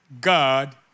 God